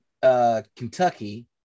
Kentucky